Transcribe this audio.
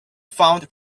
found